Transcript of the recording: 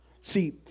See